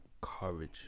courage